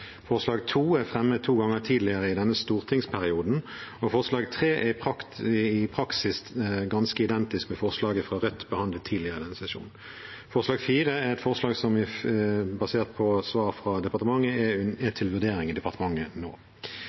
Forslag nr. 2 er fremmet to ganger tidligere i denne stortingsperioden, og forslag nr. 3 er i praksis ganske identisk med forslaget fra Rødt som er behandlet tidligere i sesjonen. Forslag nr. 4 er et forslag som er basert på svar fra departementet, og er til vurdering i departementet nå.